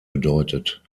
bedeutet